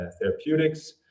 therapeutics